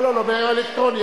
לא נתקבלה.